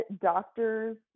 doctor's